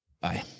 Bye